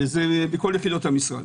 וזה בכל יחידות המשרד.